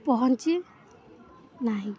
ପହଞ୍ଚିନାହିଁ